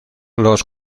los